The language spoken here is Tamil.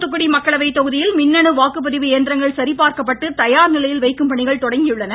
தூத்துக்குடி மக்களவை தொகுதியில் மின்னணு வாக்குப்பதிவு இயந்திரங்கள் சரிபார்க்கப்பட்டு தயார் நிலையில் வைக்கும்பணிகள் தொடங்கியுள்ளன